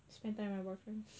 spend time with my boy friend